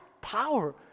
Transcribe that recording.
power